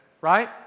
right